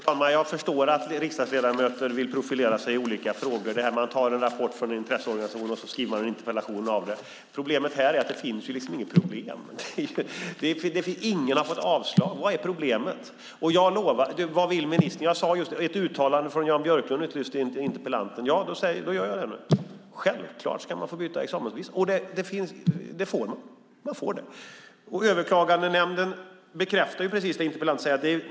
Fru talman! Jag förstår att riksdagsledamöter vill profilera sig i olika frågor. Man tar en rapport från en intresseorganisation, och sedan skriver man en interpellation om det. Problemet här är att det inte finns något problem. Ingen har fått avslag. Vad är problemet? Vad vill ministern? Interpellanten efterlyste ett uttalande från Jan Björklund. Då gör jag det nu: Självklart ska man få byta examensbevis. Och det får man. Överklagandenämnden bekräftar det interpellanten säger.